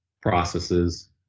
processes